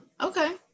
Okay